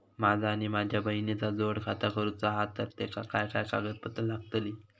माझा आणि माझ्या बहिणीचा जोड खाता करूचा हा तर तेका काय काय कागदपत्र लागतली?